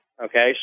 Okay